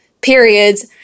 periods